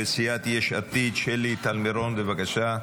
סיעת יש עתיד, שלי טל מירון, בבקשה.